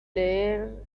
leer